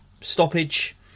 stoppage